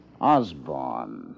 Osborne